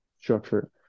structure